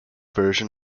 version